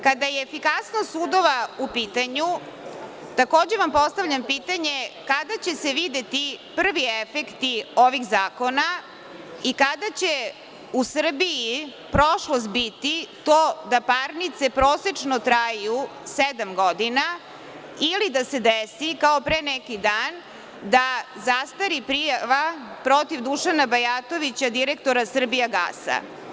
Kada je efikasnost sudova u pitanju, takođe vam postavljam pitanje kada će se videti prvi efekti ovih zakona i kada će u Srbiji prošlost biti to da parnice prosečno traju sedam godina ili da se desi, kao pre neki dan, da zastari prijava protiv Dušana Bajatovića, direktora „Srbijagasa“